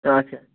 اَچھا